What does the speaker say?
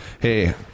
hey